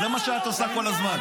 זה מה שאת עושה כל הזמן.